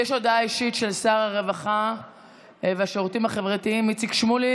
יש הודעה אישית של שר הרווחה והשירותים החברתיים איציק שמולי,